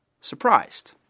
surprised